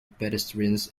pedestrians